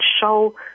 show